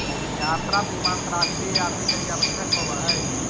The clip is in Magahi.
यात्रा बीमा अंतरराष्ट्रीय यात्रि लगी आवश्यक होवऽ हई